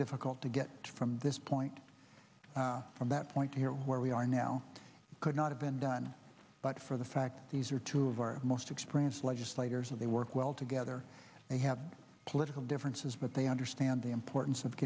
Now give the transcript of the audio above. difficult to get from this point from that point to where we are now could not have been done but for the fact these are two of our most experienced legislators and they work well together they have political differences but they understand the importance of